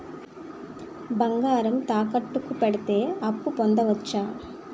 బంగారం తాకట్టు కి పెడితే అప్పు పొందవచ్చ?